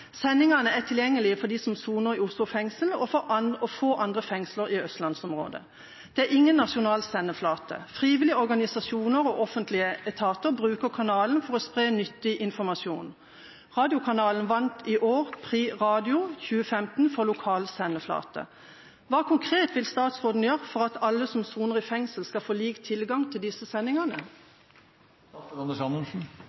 Sendingene er tilgjengelige for dem som soner i Oslo fengsel og få andre fengsler i østlandsområdet. Det er ingen nasjonal sendeflate. Frivillige organisasjoner og offentlige etater bruker kanalen for å spre nyttig informasjon. Radiokanalen vant i år Prix Radio 2015 for lokal sendeflate. Hva konkret vil statsråden gjøre for at alle som soner i fengsel, skal få lik tilgang til disse sendingene?»